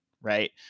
right